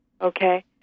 Okay